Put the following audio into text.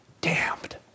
damned